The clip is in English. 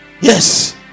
yes